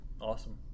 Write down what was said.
Awesome